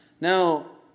Now